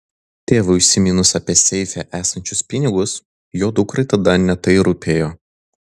tėvui užsiminus apie seife esančius pinigus jo dukrai tada ne tai rūpėjo